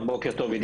בוקר טוב.